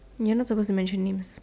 you're not supposed to mention names